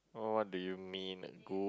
w~ what do you mean good